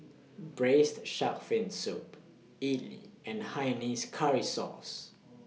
Braised Shark Fin Soup Idly and Hainanese Curry Source